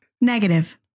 Negative